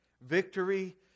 Victory